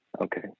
okay